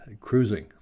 cruising